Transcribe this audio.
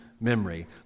memory